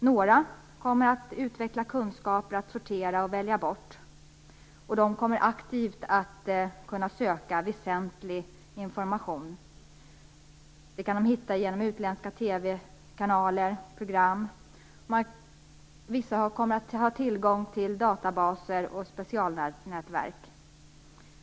Några kommer att utveckla kunskaper i att sortera och flytta bort, och de kommer aktivt att kunna söka väsentlig information. Det kan de hitta genom utländska TV-kanaler och program. Vissa kommer att ha tillgång till databaser och specialnätverk.